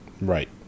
Right